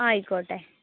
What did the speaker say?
ആയിക്കോട്ടെ